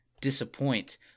disappoint